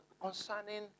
concerning